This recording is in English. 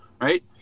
right